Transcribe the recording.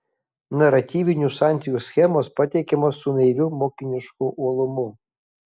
naratyvinių santykių schemos pateikiamos su naiviu mokinišku uolumu